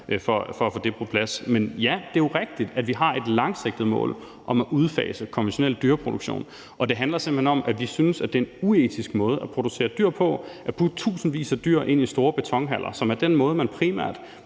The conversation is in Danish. for at få det på plads. Men ja, det er jo rigtigt, at vi har et langsigtet mål om at udfase konventionel dyreproduktion. Og det handler simpelt hen om, at vi synes, at det er en uetisk måde at producere dyr på at putte tusindvis af dyr ind i store betonhaller, som er den måde, man primært